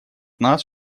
нас